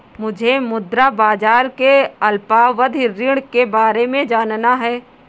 मुझे मुद्रा बाजार के अल्पावधि ऋण के बारे में जानना है